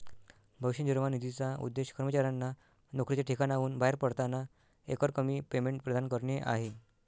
भविष्य निर्वाह निधीचा उद्देश कर्मचाऱ्यांना नोकरीच्या ठिकाणाहून बाहेर पडताना एकरकमी पेमेंट प्रदान करणे आहे